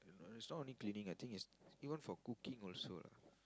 no it's not only cleaning I think is even for cooking also lah